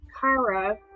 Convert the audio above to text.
Kara